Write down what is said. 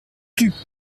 plus